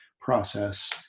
process